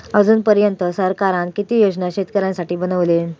अजून पर्यंत सरकारान किती योजना शेतकऱ्यांसाठी बनवले?